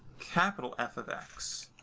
capital f of x,